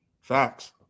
Facts